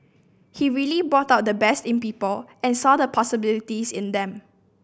he really brought out the best in people and saw the possibilities in them